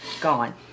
gone